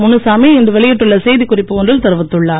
முனுசாமி இன்று வெளியிட்டுள்ள செய்திக்குறிப்பு ஒன்றில் தெரிவித்துள்ளார்